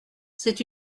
c’est